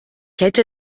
hätte